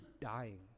dying